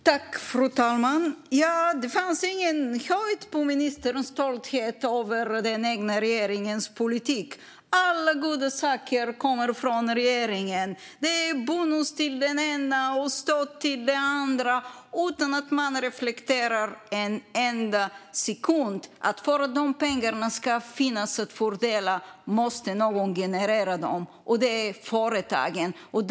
Fru talman! Det fanns ingen gräns för ministerns stolthet över den egna regeringens politik. Alla goda saker kommer från regeringen. Det är bonus till det ena och stöd till det andra utan att man reflekterar en enda sekund över att för att de pengarna ska finnas att fördela måste någon generera dem. Det är företagen som gör det.